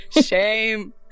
Shame